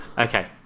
Okay